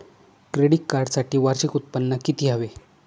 Credit कार्डसाठी वार्षिक उत्त्पन्न किती हवे?